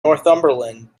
northumberland